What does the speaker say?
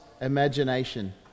imagination